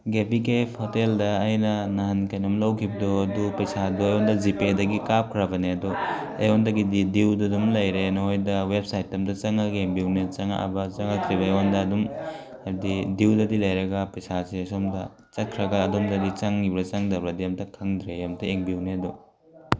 ꯒꯦꯄꯤ ꯀꯦꯐ ꯍꯣꯇꯦꯜꯗ ꯑꯩꯅ ꯅꯍꯥꯟ ꯀꯩꯅꯣꯝ ꯂꯧꯈꯤꯕꯗꯣ ꯑꯗꯨ ꯄꯩꯁꯥꯗꯣ ꯑꯩꯉꯣꯟꯗ ꯖꯤꯄꯦꯗꯒꯤ ꯀꯥꯞꯈ꯭ꯔꯕꯅꯦ ꯑꯗꯣ ꯑꯩꯉꯣꯟꯗꯒꯤꯗꯤ ꯗꯤꯎꯗꯣ ꯑꯗꯨꯝ ꯂꯩꯔꯦ ꯅꯣꯏꯗ ꯋꯦꯞꯁꯥꯏꯠꯇ ꯑꯝꯇ ꯆꯪꯉꯒ ꯌꯦꯡꯕꯤꯌꯨꯅꯦ ꯆꯪꯉꯛꯑꯕ ꯆꯪꯉꯛꯇ꯭ꯔꯤꯕ ꯑꯩꯉꯣꯟꯗ ꯑꯗꯨꯝ ꯍꯥꯏꯕꯗꯤ ꯗꯤꯎꯗꯗꯤ ꯂꯩꯔꯒ ꯄꯩꯁꯥꯁꯦ ꯁꯣꯝꯗ ꯆꯠꯈ꯭ꯔꯒ ꯑꯗꯣꯝꯗꯗꯤ ꯆꯪꯉꯤꯕ꯭ꯔꯥ ꯆꯪꯗꯕ꯭ꯔꯗꯤ ꯑꯝꯇ ꯈꯪꯗ꯭ꯔꯦ ꯑꯝꯇ ꯌꯦꯡꯕꯤꯌꯨꯅꯦ ꯑꯗꯣ